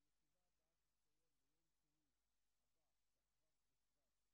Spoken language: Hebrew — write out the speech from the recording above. הישיבה הבאה תתקיים ביום שני הבא, כ"ו בשבט